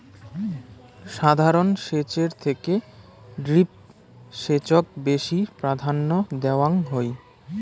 সাধারণ সেচের থেকে ড্রিপ সেচক বেশি প্রাধান্য দেওয়াং হই